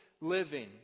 living